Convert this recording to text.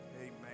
Amen